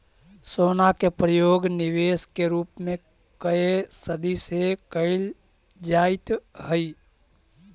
सोना के प्रयोग निवेश के रूप में कए सदी से कईल जाइत हई